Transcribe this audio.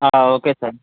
okay sir